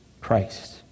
Christ